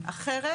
אחרת